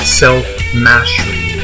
self-mastery